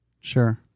Sure